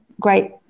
great